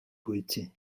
bwyty